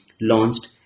launched